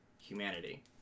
humanity